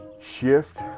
shift